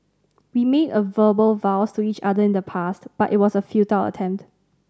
we made verbal vows to each other in the past but it was a futile attempt